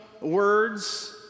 words